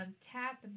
Tap